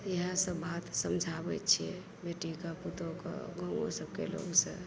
इएह सब बात समझाबै छियै बेटके पूतहुके गाँवो सबके लोक से